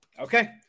Okay